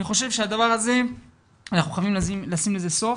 אני חושב שאנחנו חייבים לשים לזה סוף,